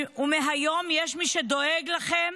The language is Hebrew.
ומהיום יש מי שדואג לכם